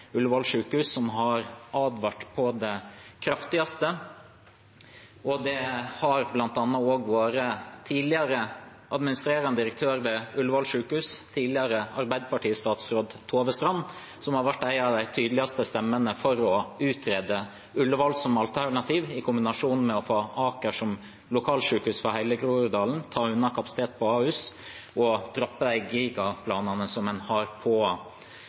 Ullevål – som har advart på det kraftigste. Tidligere administrerende direktør ved Ullevål sykehus, tidligere Arbeiderparti-statsråd Tove Strand, har vært en av de tydeligste stemmene for å utrede Ullevål som alternativ, i kombinasjon med å få Aker som lokalsykehus for hele Groruddalen, ta unna kapasitet på Ahus og droppe de gigaplanene en har på